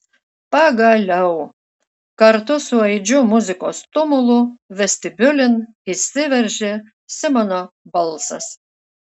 pagaliau kartu su aidžiu muzikos tumulu vestibiulin įsiveržė simono balsas